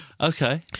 Okay